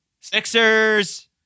Sixers